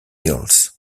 hills